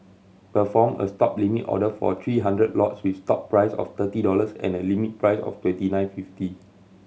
perform a Stop limit order for three hundred lots with stop price of thirty dollars and a limit price of twenty nine fifty